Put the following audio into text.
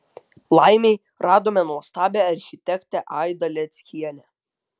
laimei radome nuostabią architektę aidą leckienę